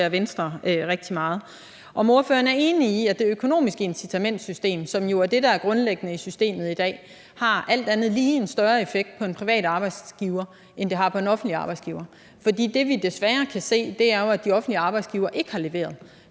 Venstre rigtig meget. Er ordføreren enig i, at det økonomiske incitamentssystem, som jo er det, der er grundlæggende i systemet i dag, alt andet lige har en større effekt på en privat arbejdsgiver, end det har på en offentlig arbejdsgiver? For det, vi desværre kan se, er jo, at de offentlige arbejdsgivere ikke har leveret.